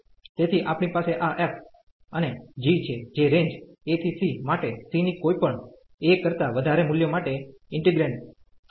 તેથી આપણી પાસે આ f અને g છે જે રેન્જ a ¿ c માટે c ની કોઈ પણ a કરતા વધારે મૂલ્ય માટે ઈન્ટિગ્રેન્ડ છે